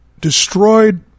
destroyed